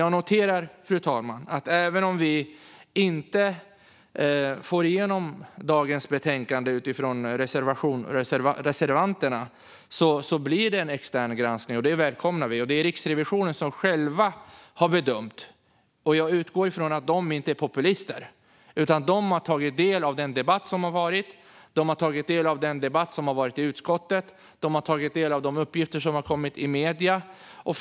Jag noterar att även om vi inte får igenom dagens förslag på grund av reservationerna blir det en extern granskning, och det välkomnar vi. Det är Riksrevisionen som själv gjort den bedömningen, och jag utgår från att de inte är populister. De har tagit del av den offentliga debatten och debatten i utskottet och av de uppgifter som framkommit i medierna.